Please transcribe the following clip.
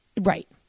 Right